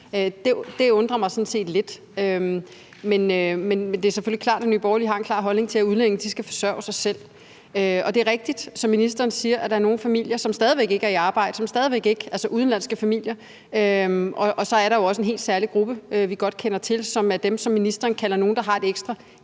Det undrer mig sådan set lidt. Men det er selvfølgelig klart, at Nye Borgerlige har en klar holdning om, at udlændinge skal forsørge sig selv. Det er rigtigt, som ministeren siger, at der er nogle udenlandske familier, hvor man stadig væk ikke er i arbejde, og så er der jo også en helt særlig gruppe, vi godt kender til, som er dem, som ministeren kalder nogle, der har et ekstra